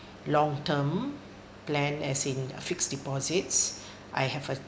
long term plan as in a fixed deposits I have a